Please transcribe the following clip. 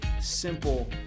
simple